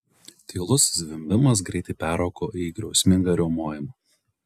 tylus zvimbimas greitai peraugo į griausmingą riaumojimą